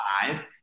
five